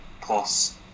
plus